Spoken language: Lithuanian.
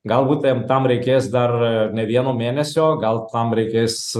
galbūt ten tam reikės dar ne vieno mėnesio gal tam reikės